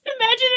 Imagine